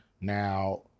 now